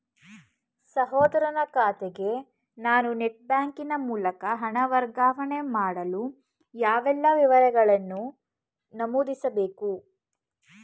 ಸಹೋದರನ ಖಾತೆಗೆ ನಾನು ನೆಟ್ ಬ್ಯಾಂಕಿನ ಮೂಲಕ ಹಣ ವರ್ಗಾವಣೆ ಮಾಡಲು ಯಾವೆಲ್ಲ ವಿವರಗಳನ್ನು ನಮೂದಿಸಬೇಕು?